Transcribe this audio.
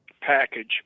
package